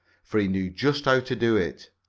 for he knew just how to do it.